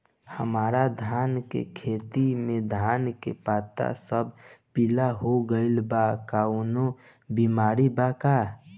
हमर धान के खेती में धान के पता सब पीला हो गेल बा कवनों बिमारी बा का?